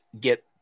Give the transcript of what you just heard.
get